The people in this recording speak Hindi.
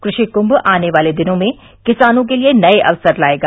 कृषि कुंम आने वाले दिनों में किसानों के लिए नये अवसर लाएगा